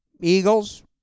Eagles